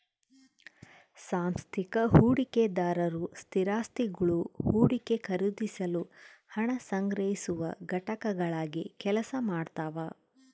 ಸಾಂಸ್ಥಿಕ ಹೂಡಿಕೆದಾರರು ಸ್ಥಿರಾಸ್ತಿಗುಳು ಹೂಡಿಕೆ ಖರೀದಿಸಲು ಹಣ ಸಂಗ್ರಹಿಸುವ ಘಟಕಗಳಾಗಿ ಕೆಲಸ ಮಾಡ್ತವ